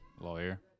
lawyer